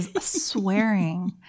swearing